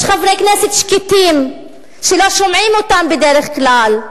יש חברי כנסת שקטים שלא שומעים אותם בדרך כלל,